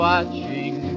Watching